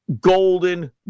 golden